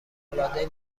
العاده